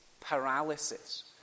paralysis